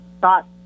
thought